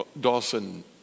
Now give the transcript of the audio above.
Dawson